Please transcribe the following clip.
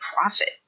profit